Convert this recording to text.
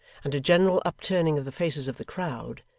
and a general upturning of the faces of the crowd,